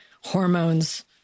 hormones